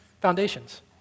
foundations